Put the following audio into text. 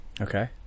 Okay